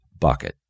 bucket